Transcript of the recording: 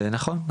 נכון.